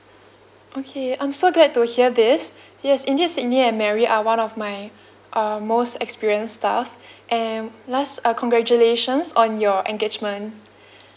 okay I'm so glad to hear this yes indeed sidney and mary are one of my uh most experienced staff and last uh congratulations on your engagement